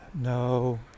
no